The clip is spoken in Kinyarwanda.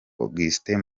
augustin